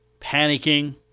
panicking